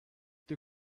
the